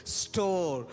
store